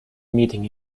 meeting